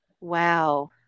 Wow